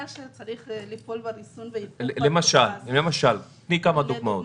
--- תני כמה דוגמאות.